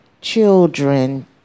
children